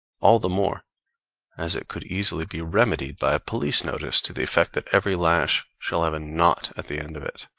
all the more as it could easily be remedied by a police-notice to the effect that every lash shall have a knot at the end of it.